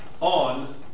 on